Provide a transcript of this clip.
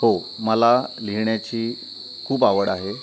हो मला लिहिण्याची खूप आवड आहे